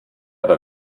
oder